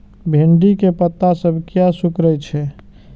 भिंडी के पत्ता सब किया सुकूरे छे?